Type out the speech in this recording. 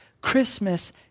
Christmas